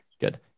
good